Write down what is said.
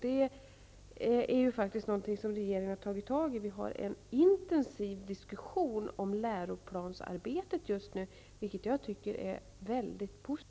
Det är faktiskt någonting som regeringen nu har tagit itu med. Vi för en intensiv diskussion om läroplansarbetet just nu, vilket jag tycker är väldigt positivt.